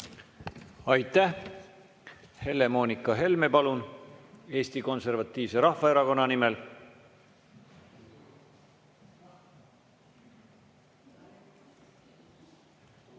Aitäh! Helle‑Moonika Helme, palun, Eesti Konservatiivse Rahvaerakonna nimel!